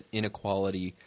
inequality